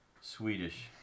Swedish